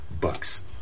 bucks